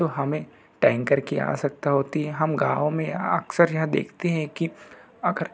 तो हमे टैंकर की आवश्यकता होती है हम गाँव मे अक्सर यहाँ देखते है कि अगर